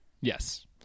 yes